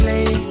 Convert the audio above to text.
Play